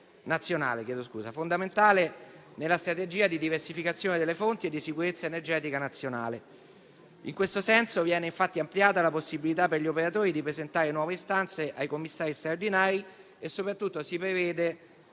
nazionale, fondamentale nella strategia di diversificazione delle fonti e di sicurezza energetica nazionale. In questo senso, viene ampliata la possibilità per gli operatori di presentare nuove istanze ai commissari straordinari e, soprattutto, si prevede